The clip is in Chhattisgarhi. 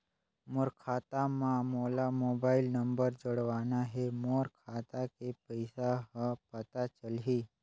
मोर खाता मां मोला मोबाइल नंबर जोड़वाना हे मोर खाता के पइसा ह पता चलाही?